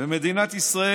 במדינת ישראל,